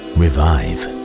revive